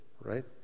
right